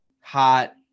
hot